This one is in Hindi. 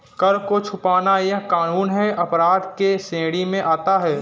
कर को छुपाना यह कानून के अपराध के श्रेणी में आता है